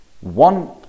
one